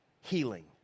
Healing